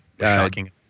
Shocking